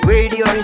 Radio